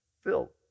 Phil